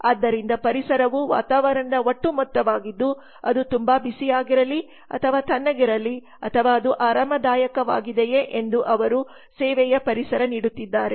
ಆದ್ದರಿಂದ ಪರಿಸರವು ವಾತಾವರಣದ ಒಟ್ಟು ಮೊತ್ತವಾಗಿದ್ದು ಅದು ತುಂಬಾ ಬಿಸಿಯಾಗಿರಲಿ ಅಥವಾ ತಣ್ಣಗಿರಲಿ ಅಥವಾ ಅದು ಆರಾಮದಾಯಕವಾಗಿದೆಯೆ ಎಂದು ಅವರು ಸೇವೇಯ ಪರಿಸರ ನೀಡುತ್ತಿದ್ದಾರೆ